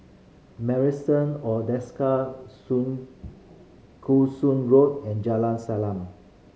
Marrison or Desker Sun Koo Sun Road and Jalan Salang